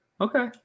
Okay